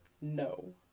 no